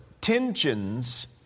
tensions